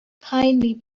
kindly